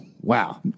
Wow